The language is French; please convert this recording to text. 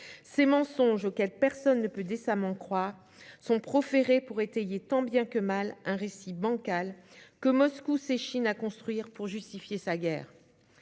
Ces mensonges, auxquels personne ne peut décemment croire, sont proférés pour étayer tant bien que mal un récit bancal, que Moscou s'échine à construire pour justifier sa guerre.